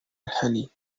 الحليب